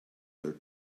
their